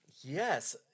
Yes